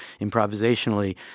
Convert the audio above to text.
improvisationally